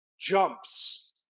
jumps